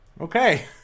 Okay